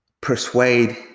persuade